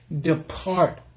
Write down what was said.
depart